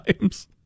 times